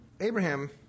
Abraham